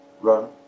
run